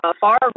far